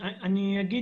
אני לא